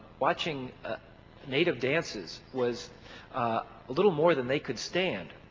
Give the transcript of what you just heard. watching native dances was a little more than they could stand.